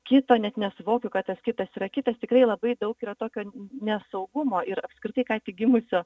kito net nesuvokiu kad tas kitas yra kitas tikrai labai daug yra tokio nesaugumo ir apskritai ką tik gimusio